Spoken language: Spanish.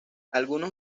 algunos